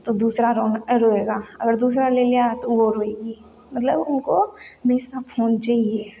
तो दूसरा रौ रोएगा और दूसरा ले लिया तो वो रोएगी मतलब उनको हमेशा फ़ोन चाहिए